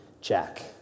Jack